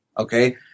Okay